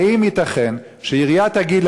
האם ייתכן שהעירייה תגיד,